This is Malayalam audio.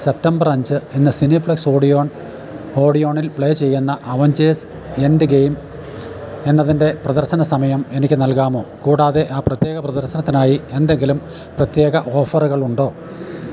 സെപ്റ്റംബർ അഞ്ചിന് സിനിപ്ലെക്സ് ഓഡിയോണിൽ പ്ലേ ചെയ്യുന്ന അവഞ്ചേഴ്സ് എൻഡ് ഗെയിം എന്നതിൻ്റെ പ്രദർശനസമയം എനിക്ക് നൽകാമോ കൂടാതെ ആ പ്രത്യേക പ്രദർശനത്തിനായി എന്തെങ്കിലും പ്രത്യേക ഓഫറുകളുണ്ടോ